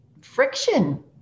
friction